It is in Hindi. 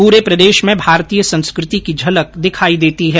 पूरे प्रदेश में भारतीय संस्कृति की झलक दिखाई देती है